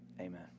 amen